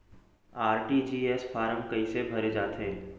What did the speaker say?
RTGS form कइसे भरे जाथे?